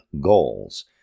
goals